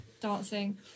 dancing